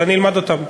ואני אלמד אותן.